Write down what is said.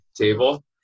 table